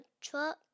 truck